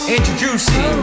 Introducing